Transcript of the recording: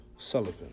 Sullivan